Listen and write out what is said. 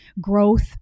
growth